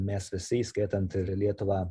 mes visi įskaitant ir lietuvą